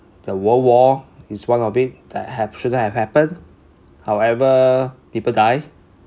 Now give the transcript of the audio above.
the world war is one of it that have shouldn't have happened however people die